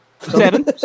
seven